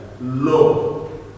low